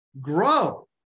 grow